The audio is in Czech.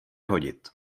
hodit